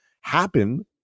happen